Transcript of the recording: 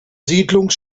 siedlung